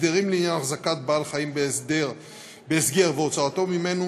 הסדרים לעניין החזקת בעל חיים בהסגר והוצאתו ממנו,